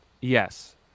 Yes